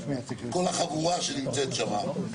כל החבורה שנמצאת שם,